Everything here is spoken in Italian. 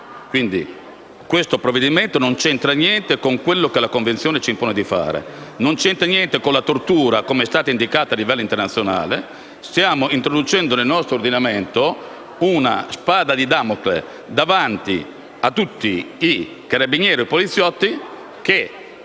Quindi questo provvedimento non c'entra niente con quello che la Convenzione ci impone di fare. Non c'entra niente con la tortura come è stata indicata a livello internazionale. Stiamo introducendo nel nostro ordinamento una spada di Damocle davanti a tutti i carabinieri e poliziotti che